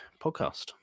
podcast